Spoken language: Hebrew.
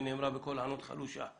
היא נאמרה בקול ענות חלושה,